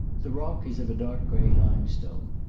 the rock is of a dark grey limestone,